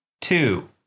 two